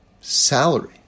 salary